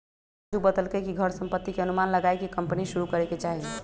राजू बतलकई कि घर संपत्ति के अनुमान लगाईये के कम्पनी शुरू करे के चाहि